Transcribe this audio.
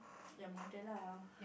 your mother lah